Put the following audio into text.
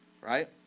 right